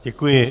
Děkuji.